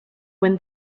when